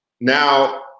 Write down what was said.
now